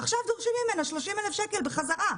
עכשיו דורשים ממנה 30,000 שקל בחזרה.